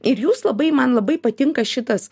ir jūs labai man labai patinka šitas